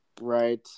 Right